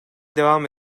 devam